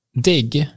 DIG